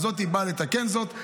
אבל אנחנו משתדלים לתת לכם דוגמה,